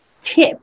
tip